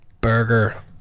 Burger